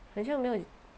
很像没有